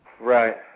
Right